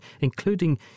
including